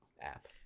app